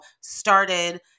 started